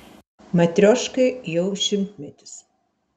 matrioškai jau šimtmetis